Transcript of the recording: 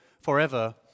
forever